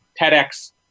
TEDx